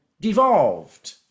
devolved